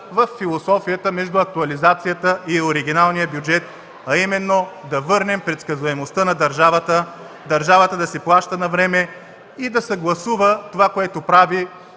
във философията между актуализацията и оригиналния бюджет, а именно да върнем предсказуемостта на държавата, държавата да си плаща навреме и да съгласува това, което прави